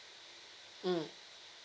mm